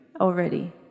already